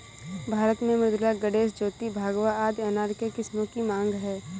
भारत में मृदुला, गणेश, ज्योति, भगवा आदि अनार के किस्मों की मांग है